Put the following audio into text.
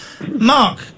Mark